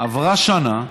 עברה שנה,